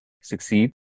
succeed